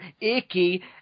icky